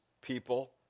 people